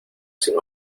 sin